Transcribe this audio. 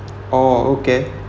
orh okay